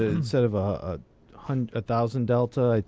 instead of ah one thousand delta,